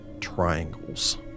triangles